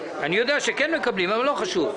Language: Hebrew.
אני יודע שכן מקבלים, אבל לא חשוב.